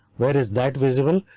where is that visible?